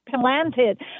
planted